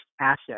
asset